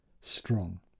strong